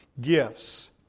gifts